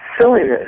silliness